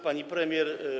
Pani Premier!